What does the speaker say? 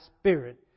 Spirit